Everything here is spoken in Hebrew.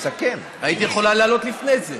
היית יכולה לעלות לפני זה.